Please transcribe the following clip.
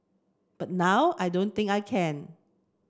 but now I don't think I can